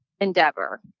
endeavor